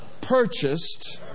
purchased